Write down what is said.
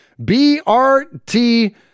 brt